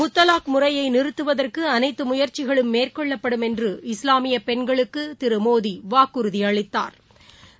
முத்தலாக் முறையைநிறுத்துவதற்குஅனைத்துமுயற்சிகளும் மேற்கொள்ளப்படும் என்று இஸ்லாமியபெண்களுக்குதிருமோடிவாக்குறுதிஅளித்தாா்